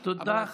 תודה,